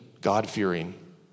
God-fearing